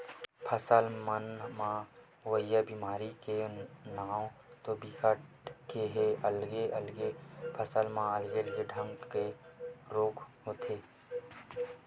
फसल मन म होवइया बेमारी के नांव तो बिकट के हे अलगे अलगे फसल मन म अलगे अलगे ढंग के रोग लगथे